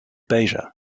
beja